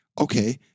Okay